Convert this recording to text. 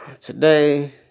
today